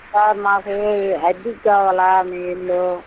sir మాకు అద్దెకి కావాలి మీ ఇల్లు